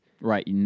right